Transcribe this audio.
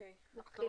נחזור